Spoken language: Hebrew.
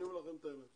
אני אומר לכם את האמת.